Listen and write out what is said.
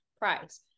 price